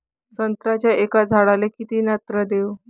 संत्र्याच्या एका झाडाले किती नत्र देऊ?